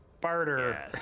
barter